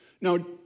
Now